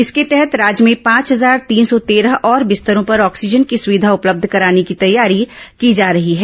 इसके तहत राज्य में पांच हजार तीन सौ तेरह और बिस्तरों पर ऑक्सीजन की सुविधा उपलब्ध कराने की तैयारी की जा रही है